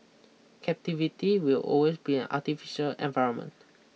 captivity will always be an artificial environment